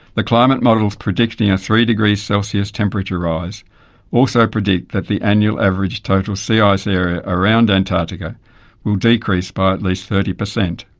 the climate models predicting a three degree celsius temperature rise also predict that the annual average total sea ice area around antarctica will decrease by at least thirty percent.